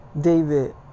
David